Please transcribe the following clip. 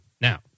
Now